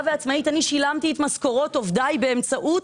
ועצמאית שילמתי את משכורות עובדיי באמצעות